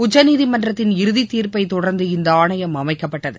உச்சநீதிமன்றத்தின் இறுதி தீர்ப்பை தொடர்ந்து இந்த ஆணையம் அமைக்கப்பட்டது